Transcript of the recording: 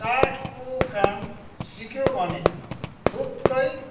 काठको काम सिक्यो भने थुप्रै